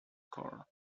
coal